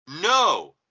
No